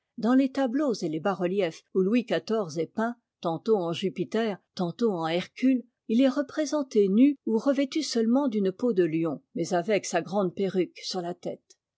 dans les tableaux et les bas-reliefs où louis xiv est peint tantôt en jupiter tantôt en hercule il est représenté nu ou revêtu seulement d'une peau de lion mais avec sa grande perruque sur la tête